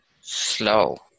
slow